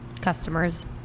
customers